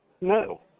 No